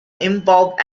involved